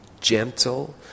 gentle